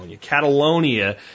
Catalonia